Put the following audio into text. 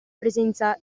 presenza